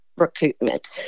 recruitment